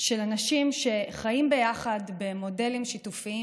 של אנשים שחיים ביחד במודלים שיתופיים,